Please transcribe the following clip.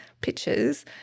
pictures